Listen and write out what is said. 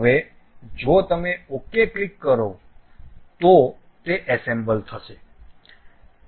હવે જો તમે OK ક્લિક કરો તો તે એસેમ્બલ થશે